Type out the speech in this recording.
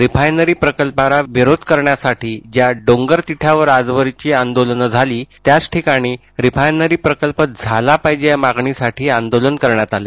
refinery प्रकल्पाला विरोध करण्यासाठी ज्या डोंगर तिठ्यावर आजवरची आंदोलनं झाली त्याच ठिकाणी रिफायनरी प्रकल्प झाला पाहिजे या मागणीसाठी आंदोलन करण्यात आलं